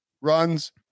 runs